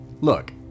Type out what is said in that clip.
Look